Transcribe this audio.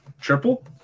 Triple